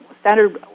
standard